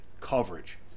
coverage